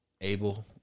Abel